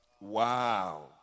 Wow